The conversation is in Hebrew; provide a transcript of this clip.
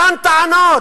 אותן טענות.